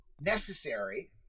necessary